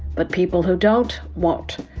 but people who don't want.